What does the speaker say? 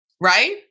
right